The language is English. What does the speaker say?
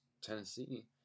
Tennessee